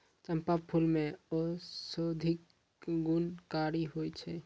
चंपा फूल मे औषधि गुणकारी होय छै